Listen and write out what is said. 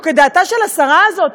או כדעתה של השרה הזאת,